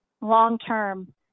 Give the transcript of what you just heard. long-term